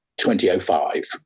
2005